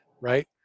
right